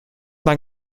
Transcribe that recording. man